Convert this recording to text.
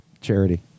charity